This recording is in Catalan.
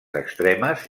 extremes